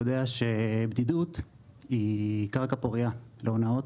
יודע שבדידות היא קרקע פוריה להונאות.